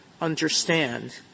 understand